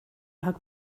rhag